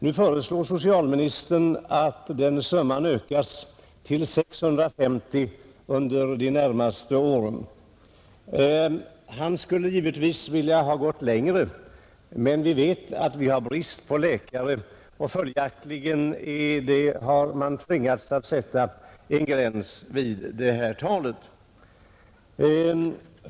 Nu föreslår socialministern att antalet skall ökas till 650 under de närmaste åren, Han hade givetvis velat gå längre, men vi vet att det råder brist på läkare, och följaktligen har man tvingats att sätta en gräns vid det här talet.